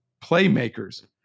playmakers